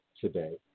today